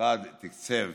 המשרד תקצב